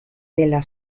della